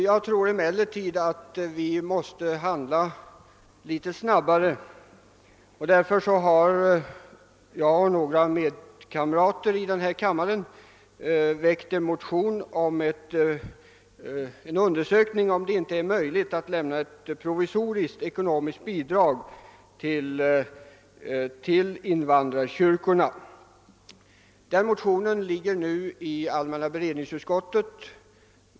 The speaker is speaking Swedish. Jag tror emellertid att vi måste handla litet snabbare, och därför har jag och någ ra kamrater i denna kammare väckt en motion om en undersökning av om det inte är möjligt att lämna ett provisoriskt ekonomiskt bidrag till invandrarkyrkorna. Denna motion ligger nu hos allmänna beredningsutskottet.